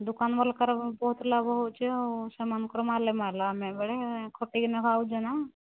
ଦୋକାନ ଵାଲାଙ୍କର ବହୁତ ଲାଭ ହେଉଛି ଆଉ ସେମାନଙ୍କର ମାଲେମାଲ ଖଟିକିନି ଖାଉଛେ ନା